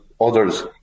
others